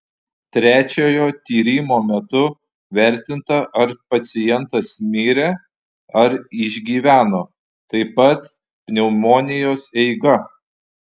trečiojo tyrimo metu vertinta ar pacientas mirė ar išgyveno taip pat pneumonijos eiga